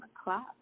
o'clock